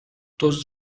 دزد